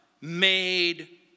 made